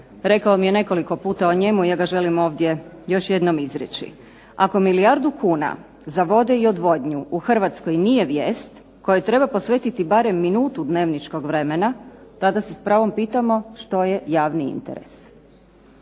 rekao mi je nekoliko puta o njemu, i ja ga želim ovdje još jednom izreći. Ako milijardu kuna za vode i odvodnju u Hrvatskoj nije vijest kojoj treba posvetiti barem minutu dnevničkog vremena, tada se s pravom pitamo što je javni interes.